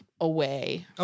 away